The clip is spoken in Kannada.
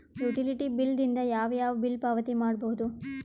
ಯುಟಿಲಿಟಿ ಬಿಲ್ ದಿಂದ ಯಾವ ಯಾವ ಬಿಲ್ ಪಾವತಿ ಮಾಡಬಹುದು?